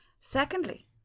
Secondly